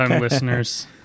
listeners